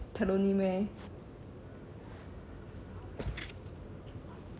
tellonym meh